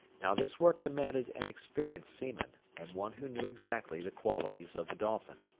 now this work demanded an experienced seaman, and one who knew exactly the qualities of the dolphin.